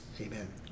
Amen